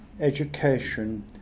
education